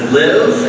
live